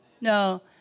No